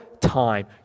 time